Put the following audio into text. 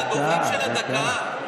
לדוברים של הדקה.